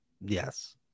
Yes